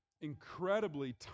incredibly